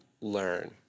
learn